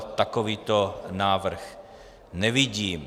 Takovýto návrh nevidím.